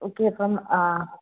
okay അപ്പം